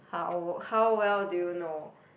how how well do you know